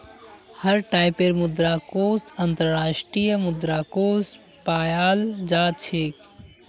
हर टाइपेर मुद्रा कोष अन्तर्राष्ट्रीय मुद्रा कोष पायाल जा छेक